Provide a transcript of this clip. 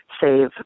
save